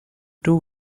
two